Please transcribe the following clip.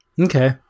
Okay